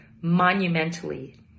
monumentally